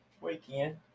weekend